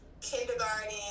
kindergarten